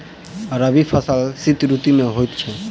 रबी फसल शीत ऋतु मे होए छैथ?